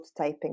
prototyping